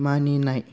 मानिनाय